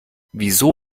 wieso